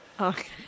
Okay